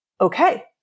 Okay